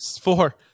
four